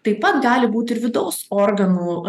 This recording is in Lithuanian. taip pat gali būt ir vidaus organų